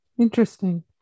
interesting